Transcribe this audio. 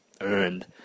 earned